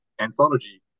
anthology